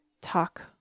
talk